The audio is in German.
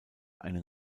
einen